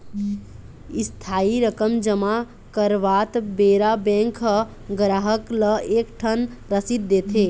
इस्थाई रकम जमा करवात बेरा बेंक ह गराहक ल एक ठन रसीद देथे